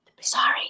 Sorry